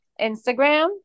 Instagram